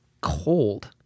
cold